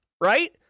right